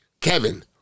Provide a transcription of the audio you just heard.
Kevin